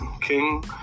King